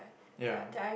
ya